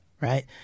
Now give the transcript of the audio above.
Right